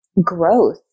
growth